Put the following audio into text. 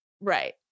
Right